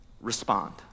respond